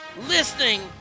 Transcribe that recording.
listening